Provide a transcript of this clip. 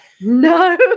no